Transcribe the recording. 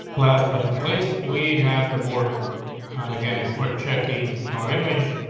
last but not least, we have the border on again. if we're checking our image,